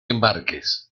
embarques